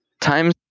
Time